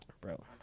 bro